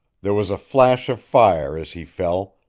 there was a flash of fire as he fell,